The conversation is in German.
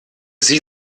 sie